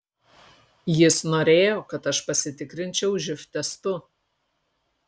jis norėjo kad aš pasitikrinčiau živ testu